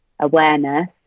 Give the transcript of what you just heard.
awareness